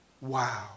Wow